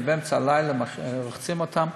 ובאמצע הלילה לרחוץ אותם.